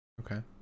Okay